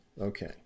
Okay